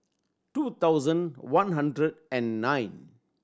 two thousand one hundred and nine